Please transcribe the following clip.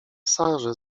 sarze